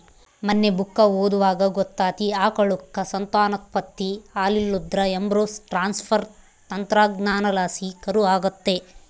ಮನ್ನೆ ಬುಕ್ಕ ಓದ್ವಾಗ ಗೊತ್ತಾತಿ, ಆಕಳುಕ್ಕ ಸಂತಾನೋತ್ಪತ್ತಿ ಆಲಿಲ್ಲುದ್ರ ಎಂಬ್ರೋ ಟ್ರಾನ್ಸ್ಪರ್ ತಂತ್ರಜ್ಞಾನಲಾಸಿ ಕರು ಆಗತ್ತೆ